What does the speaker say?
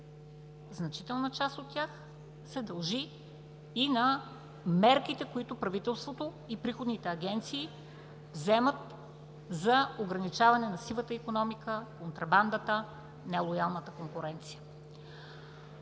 Значителна част от тях се дължи и на мерките, които правителството и приходните агенции вземат за ограничаване на сивата икономика, контрабандата, нелоялната конкуренция.